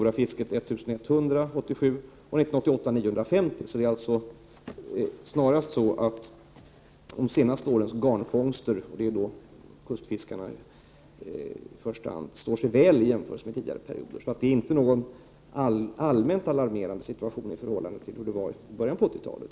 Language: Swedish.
Vidare fångades år 1987 så pass mycket som 1 100 ton och 950 ton år 1988. Snarare är det så att de senaste årens garnfångster, som i första hand kustfiskarna dragit upp, står sig väl i jämförelse med fångsterna under tidigare perioder. Situationen är inte allmänt alarmerande i förhållande till hur läget var i början av 80-talet.